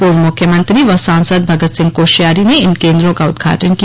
पूर्व मुख्यमंत्री व सांसद भगत सिंह कोश्यारी ने इन केन्द्रों का उद्घाटन किया